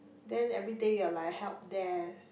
then everything you're like help desk